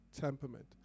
temperament